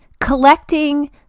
collecting